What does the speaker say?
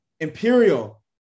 Imperial